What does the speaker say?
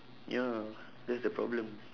ya that's the problem